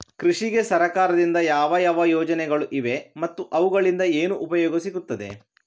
ಕೃಷಿಗೆ ಸರಕಾರದಿಂದ ಯಾವ ಯಾವ ಯೋಜನೆಗಳು ಇವೆ ಮತ್ತು ಅವುಗಳಿಂದ ಏನು ಉಪಯೋಗ ಸಿಗುತ್ತದೆ?